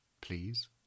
Please